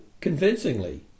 Convincingly